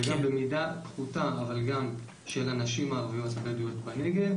וגם במידה פחותה של הנשים הערביות הבדואיות בנגב.